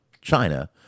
China